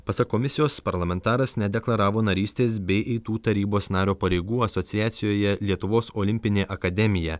pasak komisijos parlamentaras nedeklaravo narystės bei eitų tarybos nario pareigų asociacijoje lietuvos olimpinė akademija